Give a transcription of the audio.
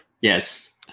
Yes